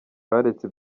baretse